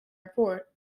report